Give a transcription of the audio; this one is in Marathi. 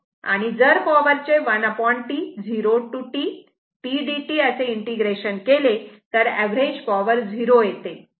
आणि जर पावर चे 1T 0 ते T p dt असे इंटिग्रेशन केले तर अवरेज पॉवर 0 येते